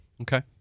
Okay